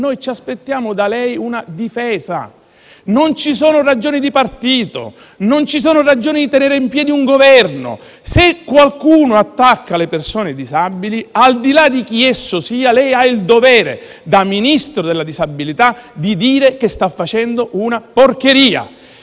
Noi ci aspettiamo da lei una difesa. Non ci sono ragioni di partito, non ci sono ragioni legate alla necessità di tenere in piedi un Governo. Se qualcuno attacca le persone disabili, al di là di chi esso sia, lei ha il dovere, da Ministro della disabilità, di dire che quel qualcuno sta facendo una porcheria.